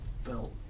felt